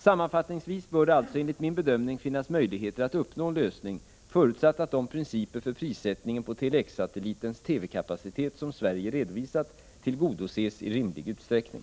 Sammanfattningsvis bör det alltså enligt min bedömning finnas möjligheter att uppnå en lösning, förutsatt att de principer för prissättningen på Tele-X-satellitens TV-kapacitet som Sverige redovisat tillgodoses i rimlig utsträckning.